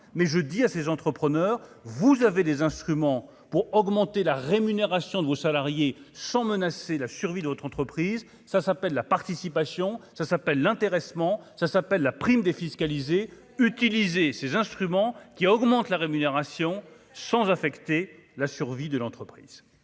mais je dis à ces entrepreneurs, vous avez des instruments pour augmenter la rémunération de vos salariés sans menacer la survie d'autres entreprises, ça s'appelle la participation, ça s'appelle l'intéressement, ça s'appelle la prime défiscalisée utiliser ces instruments qui augmente la rémunération sans affecter la survie de l'entreprise.